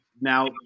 now